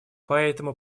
поэтому